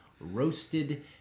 roasted